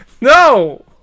No